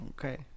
okay